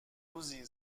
روزی